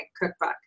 cookbook